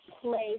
place